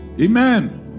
Amen